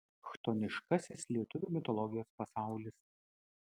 chtoniškasis lietuvių mitologijos pasaulis